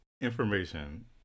information